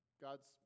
God's